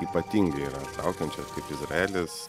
ypatingai yra traukiančios kaip izraelis